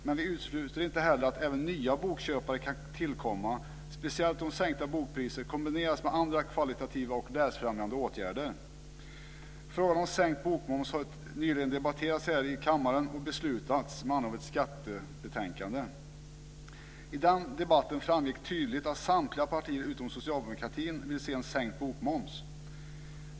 Men vi utesluter inte heller att även nya bokköpare kan tillkomma, speciellt om sänkta bokpriser kombineras med andra kvalitativa och läsfrämjande åtgärder. Frågan om sänkt bokmoms har nyligen debatterats här i kammaren och beslutats med anledning av ett skattebetänkande. I den debatten framgick tydligt att samtliga partier, utom Socialdemokraterna, vill se en sänkt bokmoms.